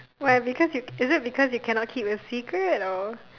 why because you is it because you can not keep a secret or